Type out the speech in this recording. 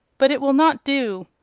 but it will not do.